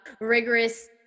rigorous